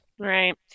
Right